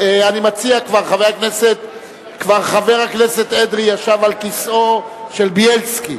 אני מציע: כבר חבר הכנסת אדרי ישב על כיסאו של בילסקי,